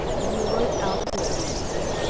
and he awoke out of his sleep, and said,